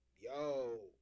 Yo